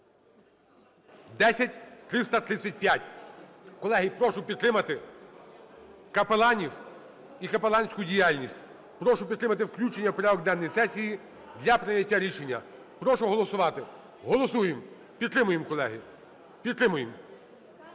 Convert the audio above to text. (10335). Колеги, прошу підтримати капеланів і капеланську діяльність. Прошу підтримати включення в порядок денний сесії для прийняття рішення. Прошу голосувати. Голосуємо, підтримуємо, колеги, підтримуємо.